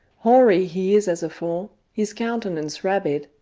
hoary he is as afore, his countenance rabid,